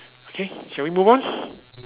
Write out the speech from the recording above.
okay shall we move on